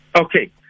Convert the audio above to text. Okay